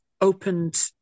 opened